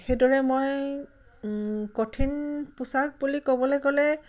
সেইদৰে মই কঠিন পোছাক বুলি ক'বলৈ গ'লে